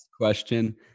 question